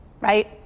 right